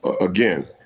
Again